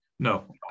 No